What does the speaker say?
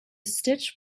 stitch